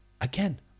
again